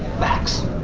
facts.